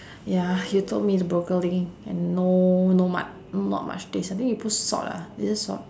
ya you told me the broccoli and no no mu~ not much taste I think you put salt ah is it salt